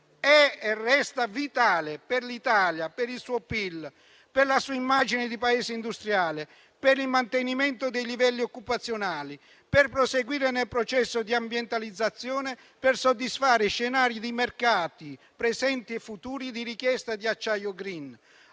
e resta vitale per l'Italia, per il suo PIL, per la sua immagine di Paese industriale, per il mantenimento dei livelli occupazionali, per proseguire nel processo di ambientalizzazione, per soddisfare scenari di mercati presenti e futuri di richiesta di acciaio *green*.